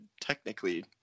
technically